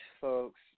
folks